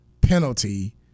penalty